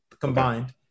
Combined